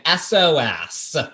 SOS